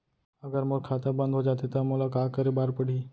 अगर मोर खाता बन्द हो जाथे त मोला का करे बार पड़हि?